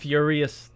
Furious